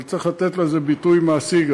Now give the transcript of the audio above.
אבל צריך לתת לזה גם ביטוי מעשי.